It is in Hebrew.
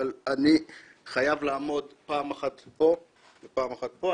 אבל אני חייב לעמוד פעם אחת פה ופעם אחת פה.